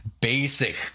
basic